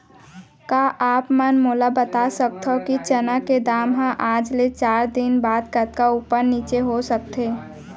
का आप मन मोला बता सकथव कि चना के दाम हा आज ले चार दिन बाद कतका ऊपर नीचे हो सकथे?